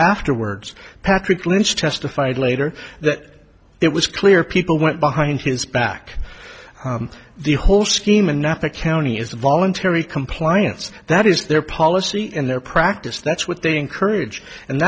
afterwards patrick lynch testified later that it was clear people went behind his back the whole scheme in napa county is voluntary compliance that is their policy in their practice that's what they encourage and